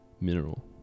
mineral